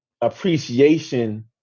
appreciation